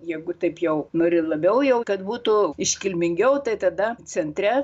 jeigu taip jau nori labiau jau kad būtų iškilmingiau tai tada centre